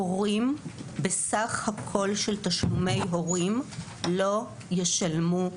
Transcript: סך כל תשלומי ההורים לא יעלו.